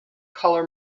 color